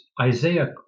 Isaiah